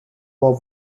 war